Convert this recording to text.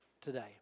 today